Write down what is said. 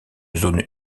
zone